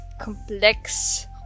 Complex